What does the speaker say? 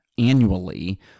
Annually